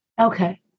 okay